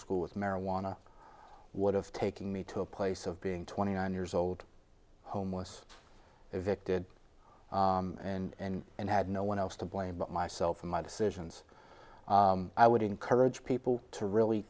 school with marijuana would have taken me to a place of being twenty nine years old homeless evicted and and had no one else to blame but myself and my decisions i would encourage people to really